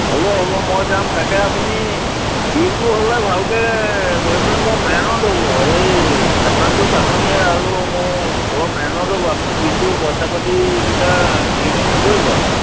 হ'ব হ'ব মই যাম তাতে আপুনি বিলটো হ'লে ভালকৈ কৰিবলৈ মোৰ মেহনত হ'ব এই খাটনিটো খাটনিয়ে আৰু মোৰ অলপ মেহনত হ'ব আপুনি বিলটো পইচা পাতিকেইটা খেলিমেলি নকৰিব আৰু